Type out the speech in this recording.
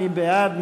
מי בעד?